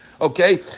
okay